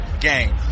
game